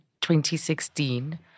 2016